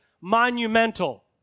monumental